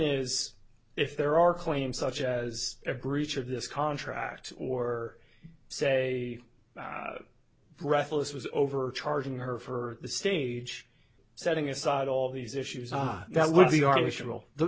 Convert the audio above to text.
is if there are claims such as a breach of this contract or say breathless was over charging her for the stage setting aside all these issues ah that would be